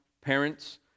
parents